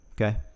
Okay